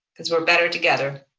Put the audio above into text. because we're better together.